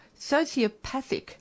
sociopathic